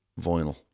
vinyl